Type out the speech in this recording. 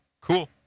cool